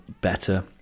better